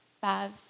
five